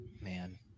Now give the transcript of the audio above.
man